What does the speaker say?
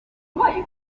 mugabo